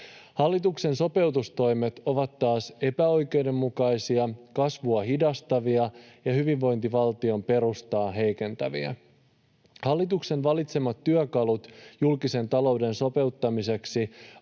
Hallituksen sopeutustoimet taas ovat epäoikeudenmukaisia, kasvua hidastavia ja hyvinvointivaltion perustaa heikentäviä. Hallituksen valitsemat työkalut julkisen talouden sopeuttamiseksi